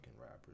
rappers